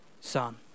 son